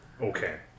Okay